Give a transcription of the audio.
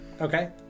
Okay